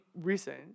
recent